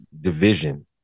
division